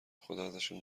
خداازشون